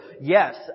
Yes